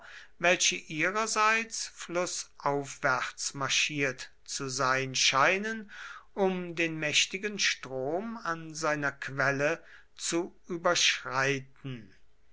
welche ihrerseits flußaufwärts marschiert zu sein scheinen um den mächtigen strom an seiner quelle zu überschreiten